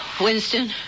Winston